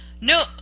no